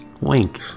Wink